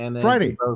Friday